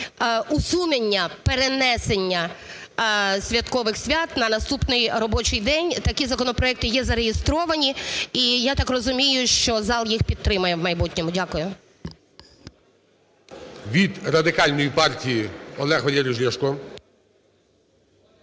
усунення перенесення святкових свят на наступний робочій день. Такі законопроекти є зареєстровані. І я так розумію, що зал їх підтримує в майбутньому. Дякую. ГОЛОВУЮЧИЙ. Від Радикальної партії Олег Валерійович Ляшко.